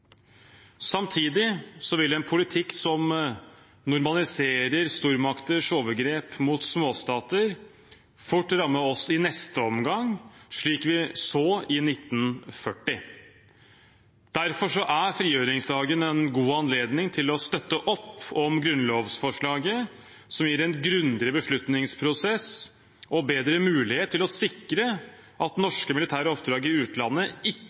vil en politikk som normaliserer stormakters overgrep mot småstater, fort ramme oss i neste omgang, slik vi så i 1940. Derfor er frigjøringsdagen en god anledning til å støtte opp om grunnlovsforslaget, som gir en grundigere beslutningsprosess og bedre mulighet til å sikre at norske militære oppdrag i utlandet